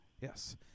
Yes